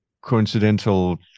coincidental